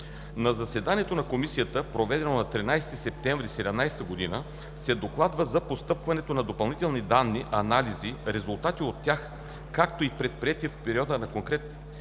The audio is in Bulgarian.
На заседанието на Комисията, проведено на 13 септември 2017 г., се докладва за постъпването на допълнителни данни, анализи, резултати от тях, както и предприети в периода конкретни